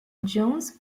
jones